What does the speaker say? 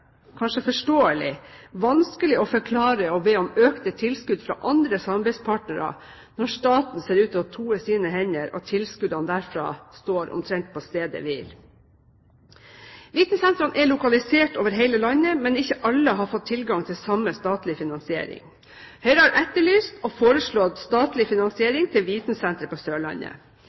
kanskje forståelig – vanskelig å forklare og be om økte tilskudd fra andre samarbeidspartnere når staten ser ut til å toe sine hender og tilskuddene derfra står omtrent på stedet hvil. Vitensentrene er lokalisert over landet, men ikke alle har fått tilgang til samme statlige finansiering. Høyre har etterlyst og foreslått statlig finansiering til vitensentre på Sørlandet.